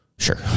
sure